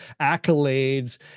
accolades